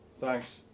Thanks